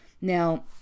Now